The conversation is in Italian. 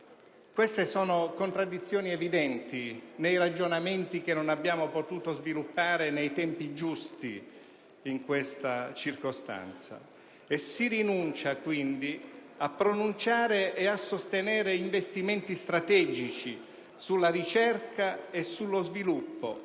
Queste sono contraddizioni evidenti nei ragionamenti che non abbiamo potuto sviluppare nei tempi giusti in questa circostanza. Si rinuncia, quindi, a pronunciare e a sostenere investimenti strategici sulla ricerca e sullo sviluppo